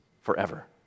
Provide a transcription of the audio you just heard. forever